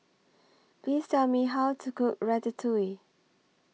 Please Tell Me How to Cook Ratatouille